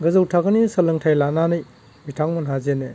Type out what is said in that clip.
गोजौ थाखोनि सोलोंथाइ लानानै बिथांमोनहा जेने